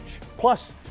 Plus